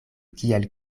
kiel